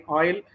oil